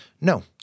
No